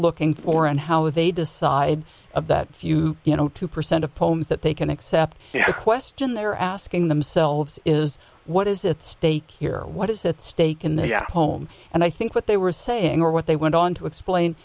looking for and how they decide of that few you know two percent of poems that they can accept question they're asking themselves is what is at stake here what is at stake in the home and i think what they were saying or what they went on to explain